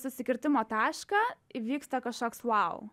susikirtimo tašką įvyksta kažkoks vau